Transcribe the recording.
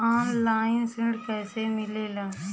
Online ऋण कैसे मिले ला?